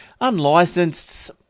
unlicensed